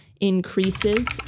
increases